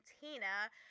Tina